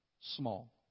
small